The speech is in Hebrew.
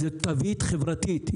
זאת תווית חברתית,